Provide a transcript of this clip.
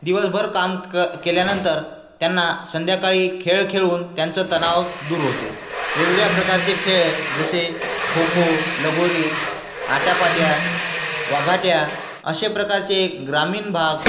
दिवसभर काम क केल्यानंतर त्यांना संध्याकाळी खेळ खेळून त्यांचं तणाव दूर होते वेगवेगळ्या प्रकारचे खेळ जसे खो खो लगोरी आट्यापाट्या वाघाट्या अशा प्रकारचे ग्रामीण भाग